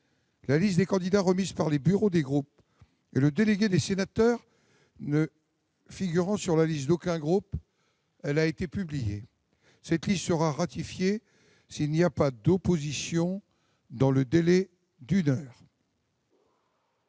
la liste des candidats remise par les bureaux des groupes et le délégué des sénateurs ne figurant sur la liste d'aucun groupe a été publiée. Cette liste sera ratifiée s'il n'y a pas d'opposition dans le délai d'une heure.